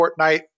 Fortnite